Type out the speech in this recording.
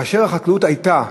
כאשר החקלאות הייתה